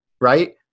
right